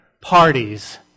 parties